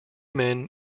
men